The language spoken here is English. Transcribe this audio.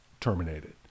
terminated